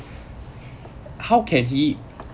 how can he